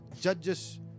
judges